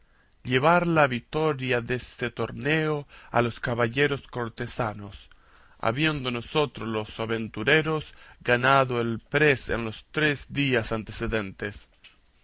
llevar la vitoria deste torneo a los caballeros cortesanos habiendo nosotros los aventureros ganado el prez en los tres días antecedentes